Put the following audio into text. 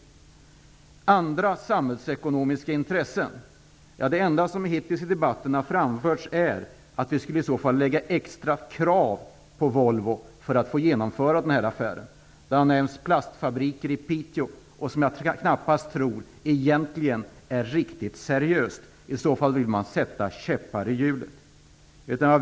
När det gäller andra samhällsekonomiska intressen är det enda som hittills framförts i debatten att vi skulle lägga extra krav på Volvo för att få genomföra den här affären. Det har bl.a. nämnts plastfabriker i Piteå, men jag tror knappast att det är riktigt seriöst. I så fall vill man sätta käppar i hjulet.